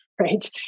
right